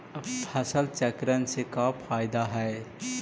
फसल चक्रण से का फ़ायदा हई?